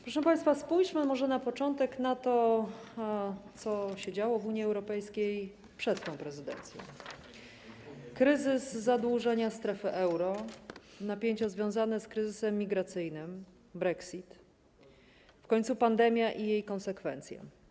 Proszę państwa, spójrzmy może na początku na to, co się działo w Unii Europejskiej przed tą prezydencją: kryzys zadłużenia strefy euro, napięcia związane z kryzysem migracyjnym, brexit, w końcu pandemia i jej konsekwencje.